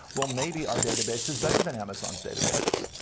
well, maybe our database is better than amazon's databases?